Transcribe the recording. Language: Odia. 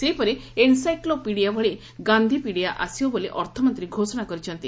ସେହିପରି ଏନ୍ସାଇକ୍ଲେପିଡ଼ିଆ ଭଳି ଗାନ୍ଧିପିଡ଼ିଆ ଆସିବ ବୋଲି ଅର୍ଥମନ୍ତୀ ଘୋଷଣା କରିଛନ୍ତି